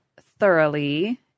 thoroughly